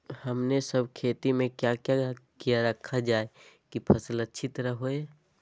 हमने सब खेती में क्या क्या किया रखा जाए की फसल अच्छी तरह होई?